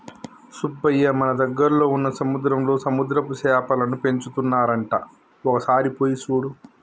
సుబ్బయ్య మన దగ్గరలో వున్న సముద్రంలో సముద్రపు సేపలను పెంచుతున్నారంట ఒక సారి పోయి సూడు